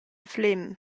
flem